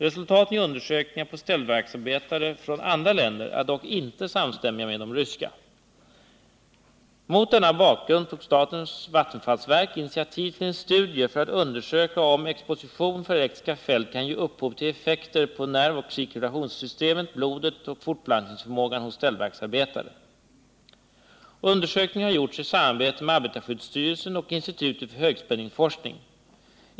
Resultaten i undersökningar på ställverksarbetare från andra länder är dock inte samstämmiga med de ryska. Mot denna bakgrund tog statens vattenfallsverk initiativ till en studie för att undersöka om exposition för elektriska fält kan ge upphov till effekter på nervoch cirkulationssystemet, blodet och fortplantningsförmågan hos ställverksarbetare. Undersökningen har gjorts i samarbete med arbetarskyddsstyrelsen och Institutet för högspänningsforskning.